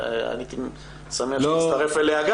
ואני הייתי שמח אם היית גם אתה מצטרף אליה.